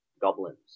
goblins